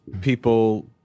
people